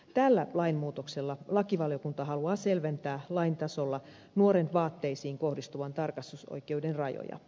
tällä lainmuutoksella lakivaliokunta haluaa selventää lain tasolla nuoren vaatteisiin kohdistuvan tarkastusoikeuden rajoja